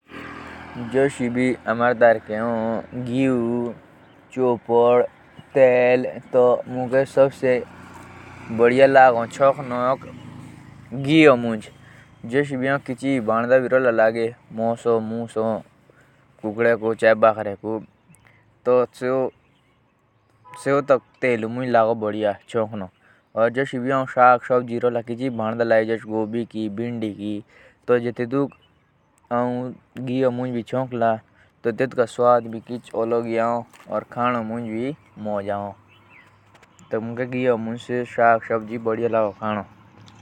मुकै अपड़े दरके खडो बद्नोक सबसे जादा घियो मुजा बद्नो अचो लागो। काई कि दगियो के साक अचे खुब्सू आओ और खडोक भी स्वाद हो।